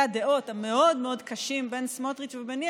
הדעות המאוד מאוד קשים בין סמוטריץ' וביני,